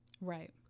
Right